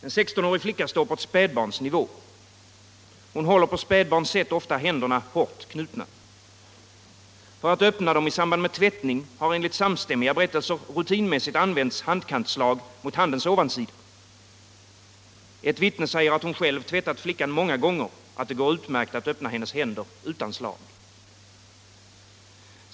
En 16-årig flicka står på ett spädbarns nivå. Hon håller på spädbarns sätt ofta händerna hårt knutna. För att öppna dem i samband med tvättning har, enligt samstämmiga berättelser, rutinmässigt använts handkantslag mot handens ovansida. Ett vittne säger att hon själv tvättat flickan många gånger och att det går utmärkt att öppna hennes händer utan slag.